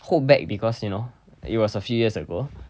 hold back because you know it was a few years ago